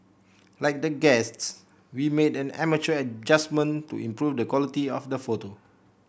like the guests we made an amateur adjustment to improve the quality of the photo